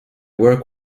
work